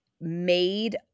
made